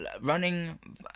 running